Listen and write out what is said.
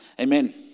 Amen